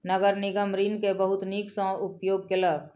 नगर निगम ऋण के बहुत नीक सॅ उपयोग केलक